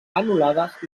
anul·lades